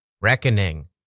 Reckoning